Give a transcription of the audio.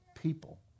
people